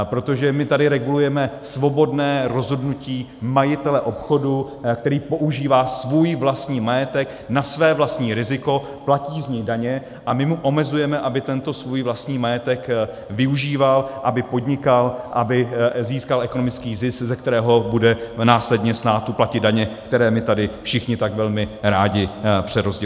Protože my tady regulujeme svobodné rozhodnutí majitele obchodu, který používá svůj vlastní majetek na své vlastní riziko, platí z něj daně, a my mu omezujeme, aby tento svůj vlastní majetek využíval, aby podnikal, aby získal ekonomický zisk, ze kterého bude následně státu platit daně, které my tady všichni tak velmi rádi přerozdělujeme.